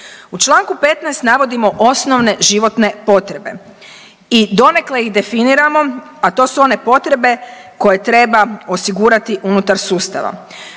U članku 15. navodimo osnovne životne potrebe i donekle ih definiramo, a to su one potrebe koje treba osigurati unutar sustava.